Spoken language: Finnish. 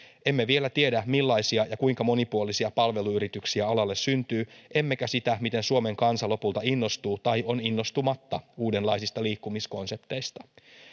emme vielä tiedä millaisia ja kuinka monipuolisia palveluyrityksiä alalle syntyy emmekä sitä miten suomen kansa lopulta innostuu tai on innostumatta uudenlaisista liikkumiskonsepteista